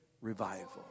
revival